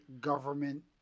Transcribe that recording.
government